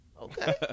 okay